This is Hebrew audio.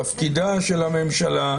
תפקידה של הממשלה,